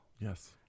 Yes